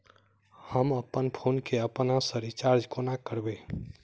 हम अप्पन फोन केँ अपने सँ रिचार्ज कोना करबै?